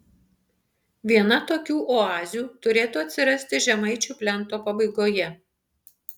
viena tokių oazių turėtų atsirasti žemaičių plento pabaigoje